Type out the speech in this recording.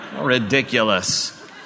Ridiculous